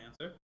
answer